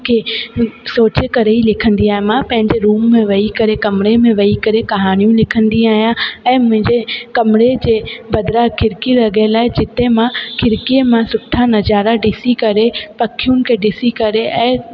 खे सोचे करे ई लिखंदी आहियां मां पैंजो रूम में वेई करे कमरे में वेई करे कहाणियूं लिखंदी आहियां ऐं मुंहिंजे कमरे जे बदिरां खिड़की लॻियल आहे जिते मां खिड़कीअ मां सुठा नज़ारा ॾिसी करे पखियुनि खे ॾिसी करे ऐं